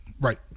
Right